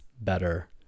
better